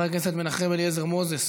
חבר הכנסת מנחם אליעזר מוזס,